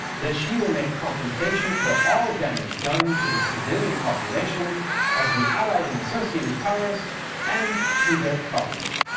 that she will make compensation for all damage done to the civilian population of the allied and associated powers and to their property.